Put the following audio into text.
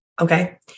Okay